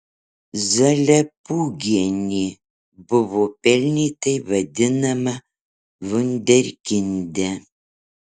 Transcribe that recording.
zalepūgienė buvo pelnytai vadinama vunderkinde